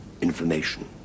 information